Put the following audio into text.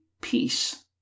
peace